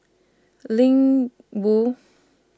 Ling Wu